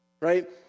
right